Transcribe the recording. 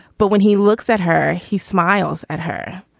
but when he looks at her, he smiles at her.